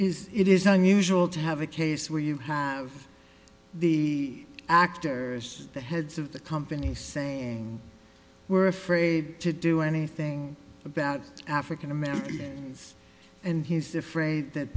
is it is not unusual to have a case where you have the actors the heads of the company saying we're afraid to do anything about african americans and he's afraid that